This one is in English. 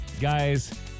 guys